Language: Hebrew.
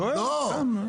שואל סתם.